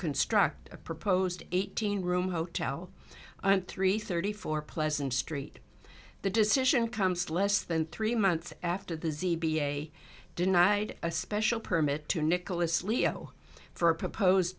construct a proposed eighteen room hotel three thirty four pleasant street the decision comes less than three months after the z b a denied a special permit to nicholas leo for a proposed